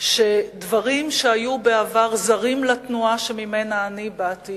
שדברים שהיו בעבר זרים לתנועה שממנה אני באתי